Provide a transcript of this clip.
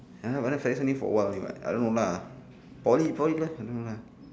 ya lah Fedex only for a while only [what] I don't know lah poly poly best to do lah